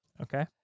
Okay